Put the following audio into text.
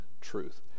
truth